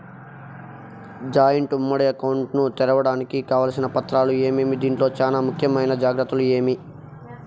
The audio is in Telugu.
జాయింట్ ఉమ్మడి అకౌంట్ ను తెరవడానికి కావాల్సిన పత్రాలు ఏమేమి? దీంట్లో చానా ముఖ్యమైన జాగ్రత్తలు ఏమి?